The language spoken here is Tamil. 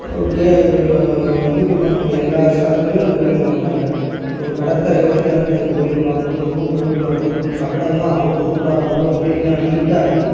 ஓகே அது ஒரு இந்துக்கள் பண்ணக்கூடிய எல்லா சடங்குகளும் அந்த கோயிலில் பண்ணுறாங்க ஒரு கடற்கரை ஓரத்தில் அமைஞ்ச அந்த கோயிலை பார்க்கும்போது ரொம்ப பிரமிப்பாக இருந்துது கட்டடங்கள்லாம் அவ்வளோ சூப்பராக அவ்வளோ க்ளீனாக நீட்டாக இருந்துது